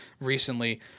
recently